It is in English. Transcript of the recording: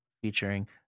featuring